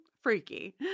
freaky